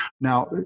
Now